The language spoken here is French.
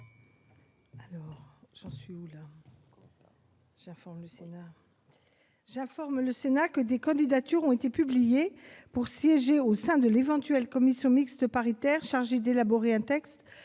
J'informe le Sénat que des candidatures ont été publiées pour siéger au sein de l'éventuelle commission mixte paritaire chargée d'élaborer un texte